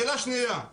השאלה השנייה היא